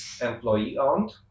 employee-owned